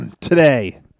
today